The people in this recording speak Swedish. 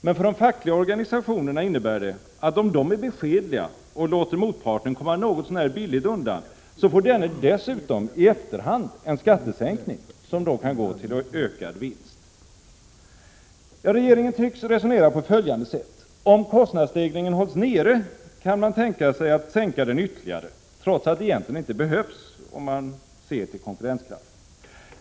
Men för de fackliga organisationerna innebär det att om de är beskedliga och låter motparten komma något så när billigt undan får denne dessutom i efterhand en skattesänkning som då kan gå till ökad vinst. Regeringen tycks resonera på följande sätt: Om kostnadsstegringen hålls nere kan man tänka sig att sänka den ytterligare, trots att det egentligen inte behövs om man ser till konkurrenskraften.